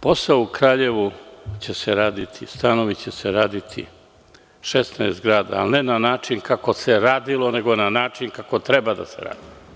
posao u Kraljevu će se raditi, stanovi će se raditi, 16 zgrada, ali ne na način kako se radilo nego na način kako treba da se radi.